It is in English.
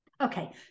Okay